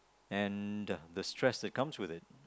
and the stress that comes with it